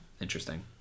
Interesting